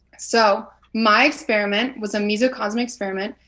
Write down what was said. so my experiment was a meso cosmic experiment.